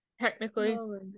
Technically